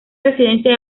residencia